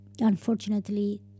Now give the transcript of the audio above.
unfortunately